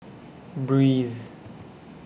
Breeze